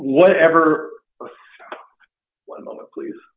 whatever please